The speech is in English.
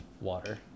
water